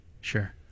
sure